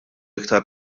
iktar